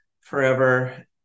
forever